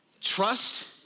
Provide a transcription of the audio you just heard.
Trust